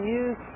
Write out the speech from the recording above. use